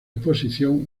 exposición